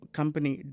company